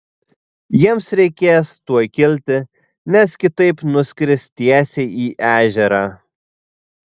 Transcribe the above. jiems reikės tuoj kilti nes kitaip nuskris tiesiai į ežerą